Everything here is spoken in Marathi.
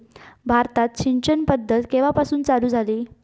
भारतात सिंचन पद्धत केवापासून चालू झाली?